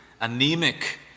anemic